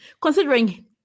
considering